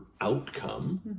outcome